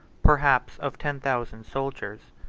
perhaps of ten thousand soldiers,